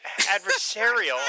adversarial